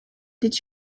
did